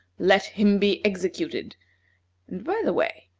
let him be executed and, by the way,